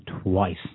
twice